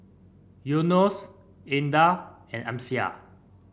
Yunos Indah and Amsyar